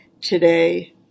today